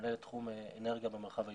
מנהלת תחום אנרגיה במרחב העירוני.